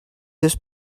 this